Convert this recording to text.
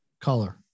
Color